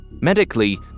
Medically